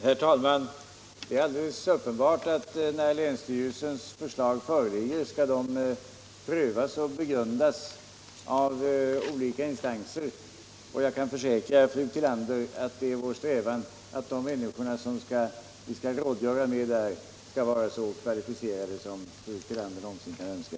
Herr talman! Det är alldeles uppenbart att länsstyrelsens förslag, när de föreligger, skall prövas och begrundas av alla instanser. Jag kan försäkra fru Tillander att det är vår strävan att de människor vi kommer att rådgöra med där skall vara så kvalificerade som fru Tillander någonsin kan önska.